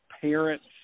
parents